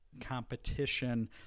competition